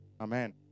Amen